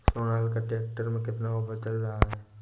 Sonalika tractor में कितना offer चल रहा है?